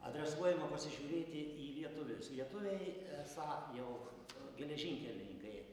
adresuojama pasižiūrėti į lietuvius lietuviai esą jau geležinkelininkai